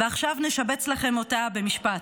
ועכשיו נשבץ לכם אותה במשפט: